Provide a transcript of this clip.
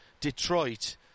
Detroit